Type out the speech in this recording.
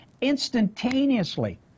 instantaneously